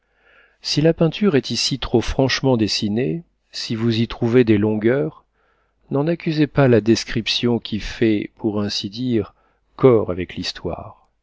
si la peinture est ici trop franchement dessinée si vous y trouvez des longueurs n'en accusez pas la description qui fait pour ainsi dire corps avec l'histoire